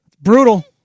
Brutal